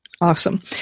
Awesome